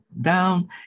down